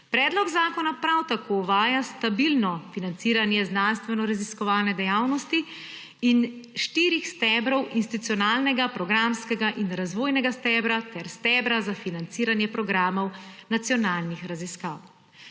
Predlog zakona prav tako uvaja stabilno financiranje znanstvenoraziskovalne dejavnosti in štiri stebre: institucionalnega, programskega in razvojnega stebra ter steber za financiranje programov nacionalnih raziskav.